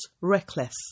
reckless